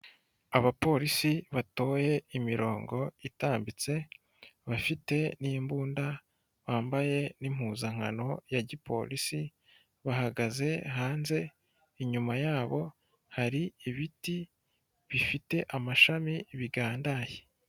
Abapolisi batoye imirongo itambitse, bafite n'imbunda, bambaye n'impuzankano ya gipolisi, bahagaze hanze, inyuma yabo hari ibiti bifite amashami bigandaye.